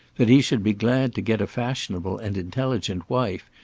that he should be glad to get a fashionable and intelligent wife,